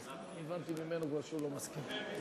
הבנתי ממנו כבר שהוא לא מסכים.